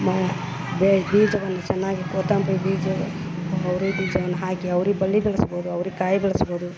ಮ ಬೆ ಬೀಜವನ್ನು ಚೆನ್ನಾಗಿ ಕೊತ್ತಂಬರಿ ಬೀಜ ಅವ್ರಿ ಬೀಜವನ್ನ ಹಾಕಿ ಅವ್ರಿ ಬಳ್ಳಿ ಬೆಳ್ಸ್ಬೋದು ಅವ್ರಿ ಕಾಯಿ ಬೆಳ್ಸ್ಬೋದು